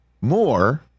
more